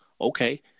okay